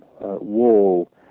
wall